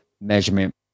measurement